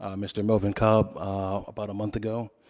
um mr. melvin cobb about a month ago,